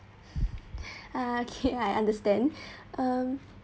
ah okay I understand